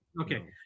Okay